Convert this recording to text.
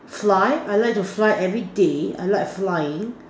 fly I like to fly everyday I like flying